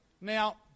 Now